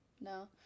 No